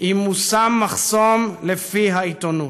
אם מושם מחסום לפי העיתונות,